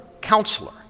Counselor